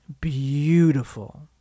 Beautiful